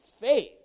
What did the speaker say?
faith